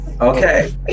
Okay